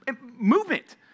movement